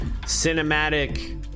cinematic